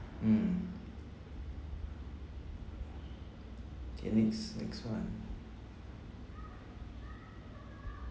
mm okay next next one